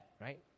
right